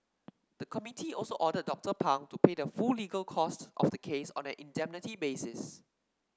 the committee also ordered Doctor Pang to pay the full legal costs of the case on an indemnity basis